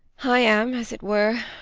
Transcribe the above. i am, as it were,